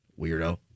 Weirdo